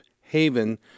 haven